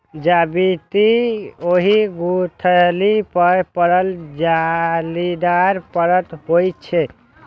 जावित्री ओहि गुठली पर पड़ल जालीदार परत होइ छै